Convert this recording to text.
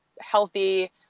healthy